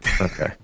Okay